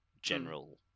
general